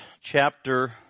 chapter